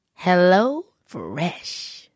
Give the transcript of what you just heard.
HelloFresh